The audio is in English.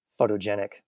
photogenic